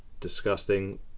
disgusting